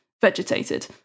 vegetated